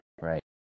Right